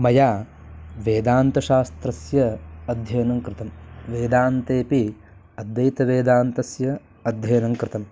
मया वेदान्तशास्त्रस्य अध्ययनं कृतं वेदान्तेऽपि अद्वैतवेदान्तस्य अध्ययनं कृतम्